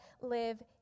live